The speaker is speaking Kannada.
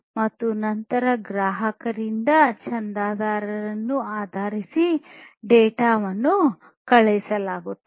ಮತ್ತು ನಂತರ ಗ್ರಾಹಕರಿಂದ ಚಂದಾದಾರಿಕೆಯನ್ನು ಆಧರಿಸಿ ಡೇಟಾವನ್ನು ಕಳುಹಿಸಲಾಗುವುದು